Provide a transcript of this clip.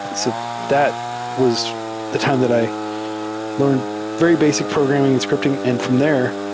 so that was the time that i learned very basic programming and scripting. and from there,